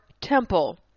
temple